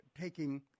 taking